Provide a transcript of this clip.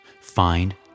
Find